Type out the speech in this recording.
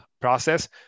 process